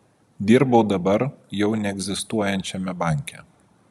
dirbau dabar jau neegzistuojančiame banke